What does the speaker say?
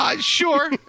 sure